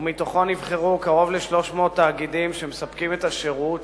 ובו נבחרו קרוב ל-300 תאגידים שמספקים את השירות.